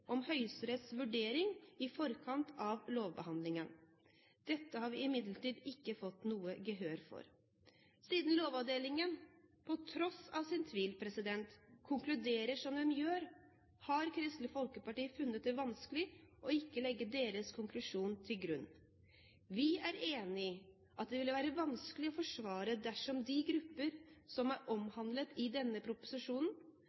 om Høyesteretts vurdering i forkant av lovbehandlingen. Dette har vi imidlertid ikke fått gehør for. Siden Lovavdelingen til tross for sin tvil konkluderer som den gjør, har Kristelig Folkeparti funnet det vanskelig ikke å legge deres konklusjon til grunn. Vi er enig i at det ville være vanskelig å forsvare dersom de grupper som er